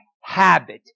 habit